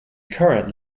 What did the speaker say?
current